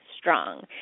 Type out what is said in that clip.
strong